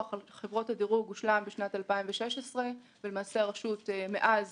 על חברות הדירוג הושלם בשנת 2016. הרשות מאז